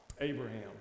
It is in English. Abraham